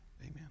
Amen